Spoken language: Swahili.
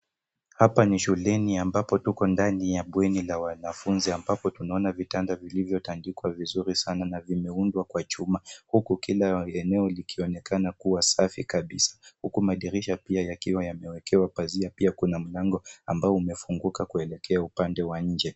Hapa ni shuleni ambapo tuko ndani ya bweni la wanafunzi ambapo tunaona vitanda vilivyotandikwa vizuri sana na vimeundwa kwa chuma huku kila eneo likionekana kuwa safi kabisa huku madirisha pia yakiwa yamewekewa pazia. Pia kuna mlango ambao umefunguka kuelekea upande wa nje.